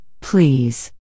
please